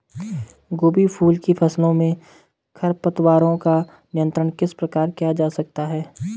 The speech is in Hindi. गोभी फूल की फसलों में खरपतवारों का नियंत्रण किस प्रकार किया जा सकता है?